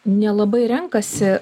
nelabai renkasi